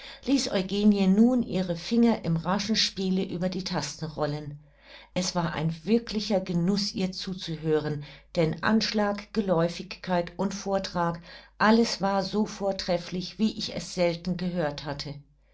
ließ eugenie nun ihre finger im raschen spiele über die tasten rollen es war ein wirklicher genuß ihr zuzuhören denn anschlag geläufigkeit und vortrag alles war so vortrefflich wie ich es selten gehört hatte